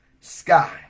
sky